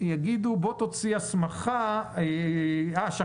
יאמרו ששכחו להוציא הסמכה כפקח,